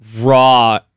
raw